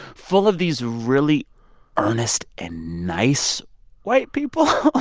full of these really earnest and nice white people.